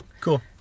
Cool